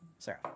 Sarah